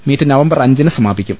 meet November അഞ്ചിന് സമാപി ക്കും